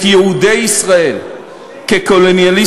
את יהודי ישראל "קולוניאליסטים"